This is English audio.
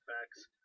Facts